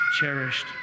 cherished